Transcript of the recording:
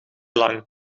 lang